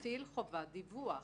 הוא מטיל חובת דיווח.